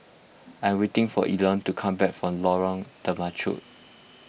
I'm waiting for Elon to come back from Lorong Temechut